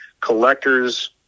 collectors